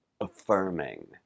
affirming